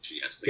yes